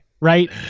right